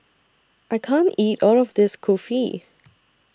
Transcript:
I can't eat All of This Kulfi